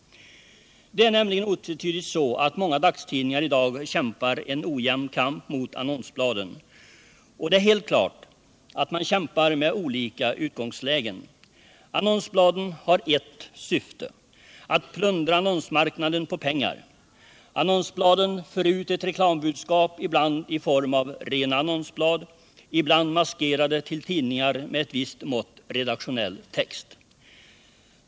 Det är nämligen otvetydigt så att många dagstidningar i dag kämpar en ojämn kamp mot annonsbladen. Och det är helt klart att man kämpar med olika utgångslägen. Annonsbladen har ett syfte: att plundra annonsmarknaden på pengar. Annonsbladen för ut ett reklambudskap, ibland i form av rena annonsblad, ibland ”maskerade” till tidningar med ett visst mått ”redaktionell” text.